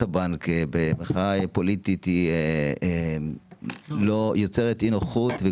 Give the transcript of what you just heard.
הנהלת הבנק במחאה פוליטית יוצרת אי נוחות.